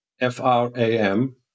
F-R-A-M